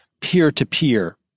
peer-to-peer